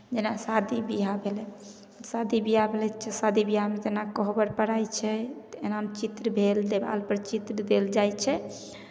जेना शादी ब्याह भेलै शादी ब्याह भेलै शादी ब्याहमे जेना कोहबर पराइ छै तऽ एना चित्र भेल देवालपर चित्र देल जाइ छै